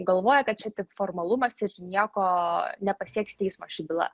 galvoja kad čia tik formalumas ir nieko nepasieks teismo ši byla